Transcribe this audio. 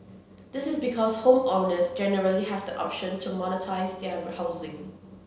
this is because homeowners generally have the option to monetise their housing